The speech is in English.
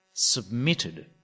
submitted